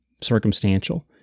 circumstantial